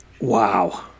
Wow